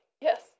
Yes